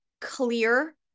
clear